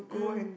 mm